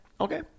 Okay